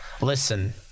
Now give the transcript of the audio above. Listen